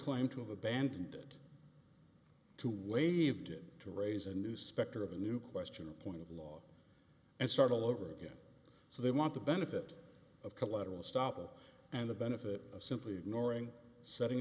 claim to have a band to waive did to raise a new specter of a new question or a point of law and start all over again so they want the benefit of collateral estoppel and the benefit of simply ignoring setting